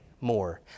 more